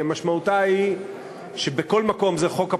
משמעותה היא שבכל מקום, זה חוק הפרשנות,